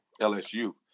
LSU